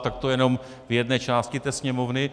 Tak to jenom v jedné části té Sněmovny.